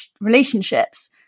relationships